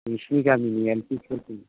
नोंसोरनि गामिनि L P स्कुलथिं